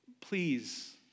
please